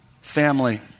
family